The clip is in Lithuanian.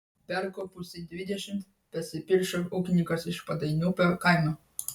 perkopusiai dvidešimt pasipiršo ūkininkas iš padainupio kaimo